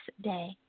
day